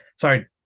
Sorry